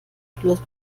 plus